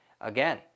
again